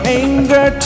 anger